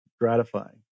gratifying